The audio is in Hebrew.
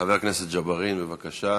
חבר הכנסת ג'בארין, בבקשה.